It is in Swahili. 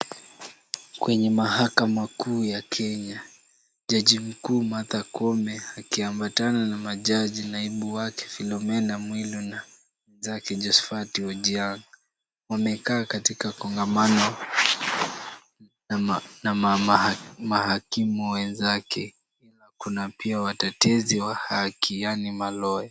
Kwenye mahakama kuu ya Kenya jaji mkuu Martha Koome akiambatana na majaji naibu wake Philomena Mwilu na mwenzake Josphat Ojwang. Wamekaa katika kongamano na mahakimu wenzake na kuna pia watetezi wa haki yaani malawyer .